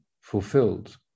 fulfilled